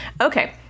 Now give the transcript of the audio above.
Okay